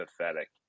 pathetic